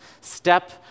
step